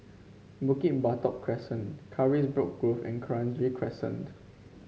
Bukit Batok Crescent Carisbrooke Grove and Kranji Crescent